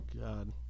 God